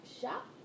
shop